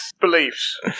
beliefs